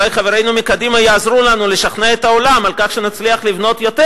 אולי חברינו מקדימה יעזרו לנו לשכנע את העולם בכך שנצליח לבנות יותר,